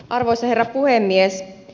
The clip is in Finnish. arvoisa herra puhemies